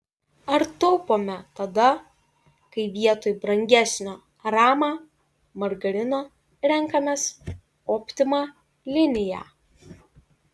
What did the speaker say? ar taupome tada kai vietoj brangesnio rama margarino renkamės optima liniją